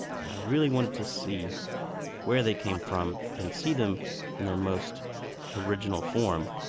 and i really wanted to see where they came from and see them in their most original form,